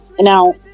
now